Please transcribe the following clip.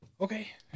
Okay